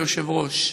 היושב-ראש.